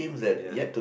ya